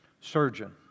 surgeon